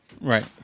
Right